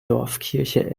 dorfkirche